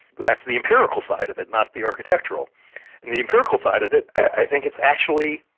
but that's the empirical side of it, not the architectural. and the empirical side of it, i think it's actually,